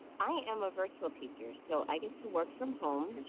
i am a virtual teacher, so i get to work from home.